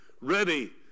ready